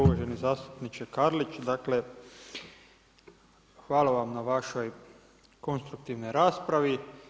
Uvaženi zastupniče Karlić, dakle hvala vam na vašoj konstruktivnoj raspravi.